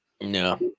no